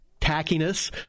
tackiness